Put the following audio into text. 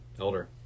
Elder